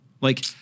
Like-